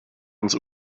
ans